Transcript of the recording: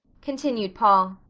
continued paul.